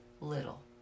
little